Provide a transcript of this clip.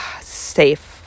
safe